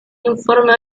informe